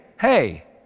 hey